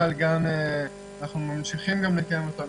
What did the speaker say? ואנחנו ממשיכים לקיים אותו,